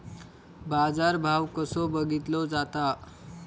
बाजार भाव कसो बघीतलो जाता?